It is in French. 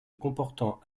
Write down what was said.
comportant